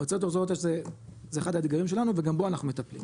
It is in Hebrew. המועצות האתגריות זה אחד האתגרים שלנו וגם פה אנחנו מטפלים.